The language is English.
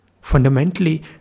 Fundamentally